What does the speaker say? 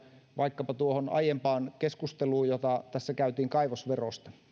vaikkapa tuohon aiempaan keskusteluun jota tässä käytiin kaivosverosta